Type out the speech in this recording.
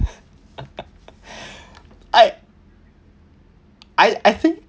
I I I think